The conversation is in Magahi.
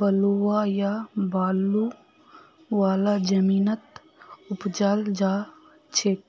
बलुवा या बालू वाला जमीनत उपजाल जाछेक